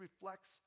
reflects